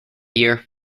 year